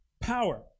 power